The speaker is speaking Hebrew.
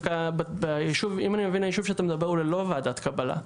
ואם אני מבין הישוב שאתה מדבר הוא ללא ועדת קבלה,